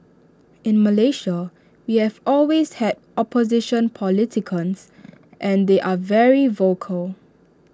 in Malaysia we have always had opposition and they are very vocal